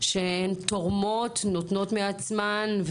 שהן תורמות ונותנות מעצמן,